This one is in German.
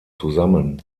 zusammen